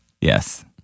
Yes